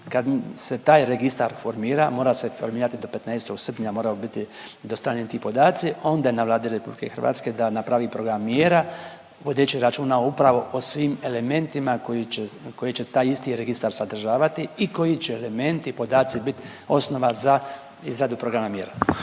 kad se taj registar formira, mora se formirati do 15. srpnja, moraju biti dostavljeni ti podaci onda je Vladi RH da napravi program mjera vodeći računa upravo o svim elementima koji će, koje će taj isti registar sadržavati i koji će elementi, podaci bit osnova za izradu programa mjera.